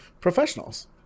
professionals